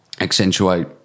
accentuate